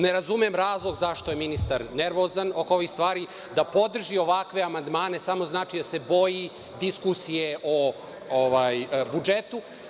Ne razumem razlog zašto je ministar nervozan oko ovih stvari da podrži ovakve amandmane, samo znači da se boji diskusije o budžetu.